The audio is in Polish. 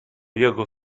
jego